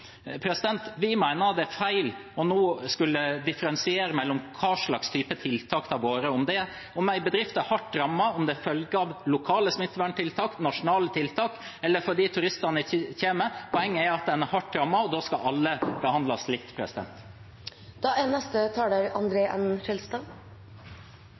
Vi mener det er feil nå å skulle differensiere mellom hva slags type tiltak det har vært. Om en bedrift er hardt rammet, og om det er som følge av lokale smitteverntiltak eller nasjonale tiltak, eller fordi turistene ikke kommer – poenget er at en er hardt rammet, og da skal alle behandles likt.